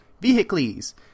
Vehicles